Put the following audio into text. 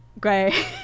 Gray